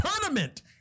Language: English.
tournament